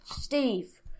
Steve